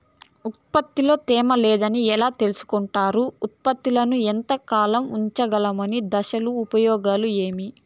ఉత్పత్తి లో తేమ లేదని ఎలా తెలుసుకొంటారు ఉత్పత్తులను ఎంత కాలము ఉంచగలము దశలు ఉపయోగం ఏమి?